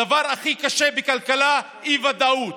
הדבר הכי קשה בכלכלה זה אי-ודאות,